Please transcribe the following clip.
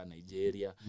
Nigeria